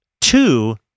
two